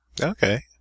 Okay